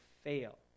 fail